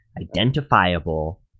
identifiable